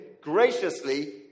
graciously